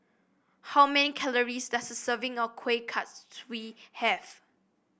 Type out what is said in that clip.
how many calories does a serving of Kuih Kaswi have